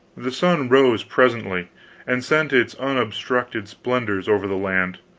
the sun rose presently and sent its unobstructed splendors over the land,